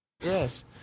Yes